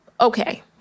okay